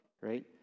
Right